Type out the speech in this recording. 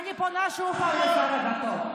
אני פונה שוב לשר הדתות,